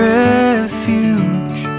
refuge